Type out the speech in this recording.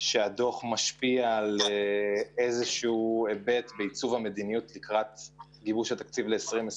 שהדוח משפיע על היבט בעיצוב המדיניות לקראת גיבוש תקציב 2021,